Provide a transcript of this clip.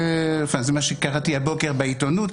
זה מה שקראתי הבוקר בעיתונות.